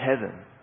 heaven